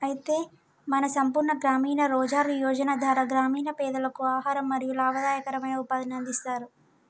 అయితే మన సంపూర్ణ గ్రామీణ రోజ్గార్ యోజన ధార గ్రామీణ పెదలకు ఆహారం మరియు లాభదాయకమైన ఉపాధిని అందిస్తారు